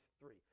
three